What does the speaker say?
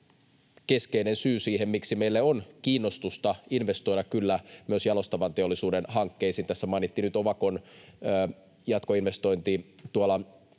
keskeinen syy siihen, miksi meillä on kiinnostusta investoida kyllä myös jalostavan teollisuuden hankkeisiin. Tässä mainittiin nyt Ovakon jatkoinvestointi